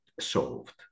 solved